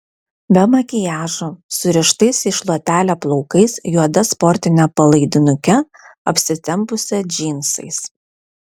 be makiažo surištais į šluotelę plaukais juoda sportine palaidinuke apsitempusią džinsais